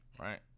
Right